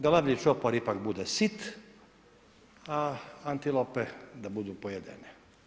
Da lavlji čopor ipak bude sit, a antilope da budu pojedene.